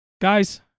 guys